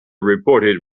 reported